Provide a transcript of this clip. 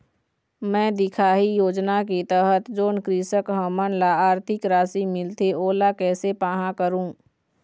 मैं दिखाही योजना के तहत जोन कृषक हमन ला आरथिक राशि मिलथे ओला कैसे पाहां करूं?